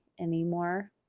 anymore